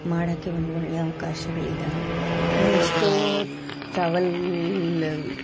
ಮಾಡೋಕ್ಕೆ ಒಂದು ಒಳ್ಳೆಯ ಅವಕಾಶಗಳಿದಾವೆ ಆಮೇಲೆ ಎಷ್ಟೋ ಟ್ರಾವೆಲ್